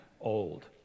old